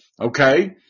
okay